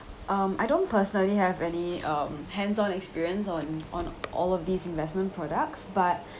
um I don't personally have any um hands on experience on on all of these investment products but